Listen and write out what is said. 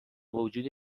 وجود